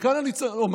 וכאן אני אומר,